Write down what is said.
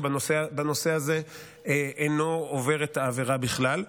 בנושא הזה אינו עובר את העבירה בכלל.